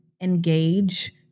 engage